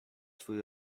twój